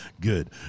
Good